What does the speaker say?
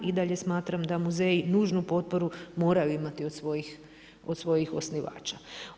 I dalje smatram da muzeji nužnu potporu moraju imati od svojih osnivača.